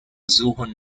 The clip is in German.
suchen